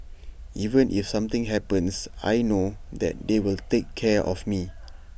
even if something happens I know that they will take care of me